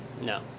No